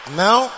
now